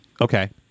Okay